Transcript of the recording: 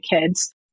kids